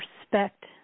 respect